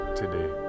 today